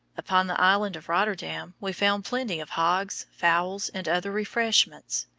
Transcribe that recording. upon the island of rotterdam we found plenty of hogs, fowls, and other refreshments.